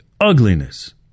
ugliness